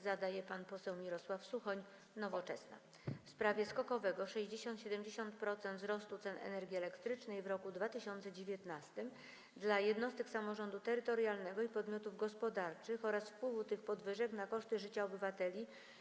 Zada je pan poseł Mirosław Suchoń z klubu Nowoczesna w sprawie skokowego (60-70%) wzrostu cen energii elektrycznej w roku 2019 dla jednostek samorządu terytorialnego i podmiotów gospodarczych oraz wpływu tych podwyżek na koszty życia obywateli.